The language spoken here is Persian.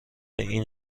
این